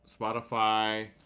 Spotify